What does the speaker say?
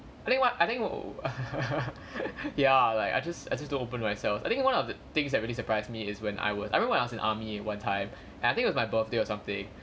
I think what I think w~ w~ ya like I just I just don't open myself I think one of the things that really surprised me is when I was I remember I was in army one time and I think it was my birthday or something